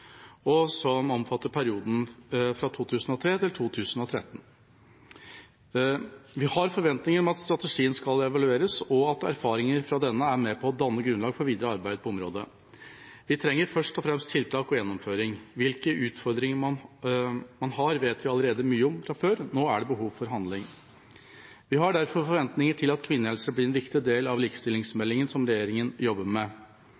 og som omfattet perioden 2003–2013. Vi har forventninger om at strategien evalueres, og at erfaringer fra denne er med på å danne grunnlag for videre arbeid på området. Vi trenger først og fremst tiltak og gjennomføring. Hvilke utfordringer man har, vet vi allerede mye om fra før. Nå er det behov for handling. Vi har derfor forventninger til at kvinnehelse blir en viktig del av likestillingsmeldingen som regjeringen jobber med.